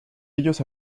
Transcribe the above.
ellos